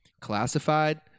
classified